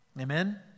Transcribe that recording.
Amen